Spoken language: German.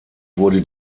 wurde